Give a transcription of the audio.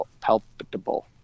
palpable